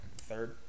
third